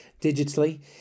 digitally